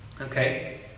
Okay